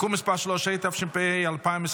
(תיקון מס' 3), התשפ"ה 2024,